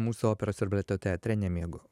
mūsų operos ir baleto teatre nemiegu